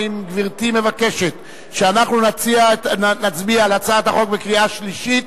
האם גברתי מבקשת שאנחנו נצביע על הצעת החוק בקריאה שלישית,